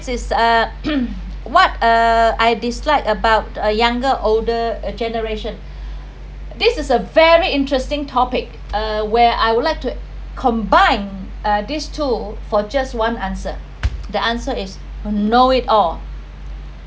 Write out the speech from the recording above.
is uh what uh I dislike about a younger older generation this is a very interesting topic uh where I would like to combine uh these two for just one answer the answer is no it all